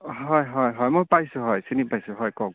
হয় হয় হয় মই পাইছোঁ হয় চিনি পাইছোঁ হয় কওক